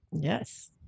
Yes